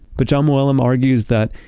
but jon mooallem argues that,